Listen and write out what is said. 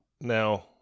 Now